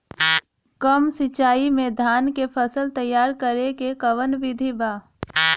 कम सिचाई में धान के फसल तैयार करे क कवन बिधि बा?